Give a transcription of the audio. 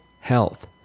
health